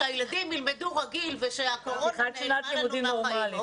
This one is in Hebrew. שהילדים ילמדו רגיל ושהקורונה נעלמה לנו מהחיים.